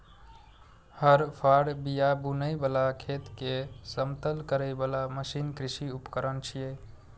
हर, फाड़, बिया बुनै बला, खेत कें समतल करै बला मशीन कृषि उपकरण छियै